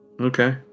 okay